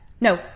No